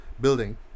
building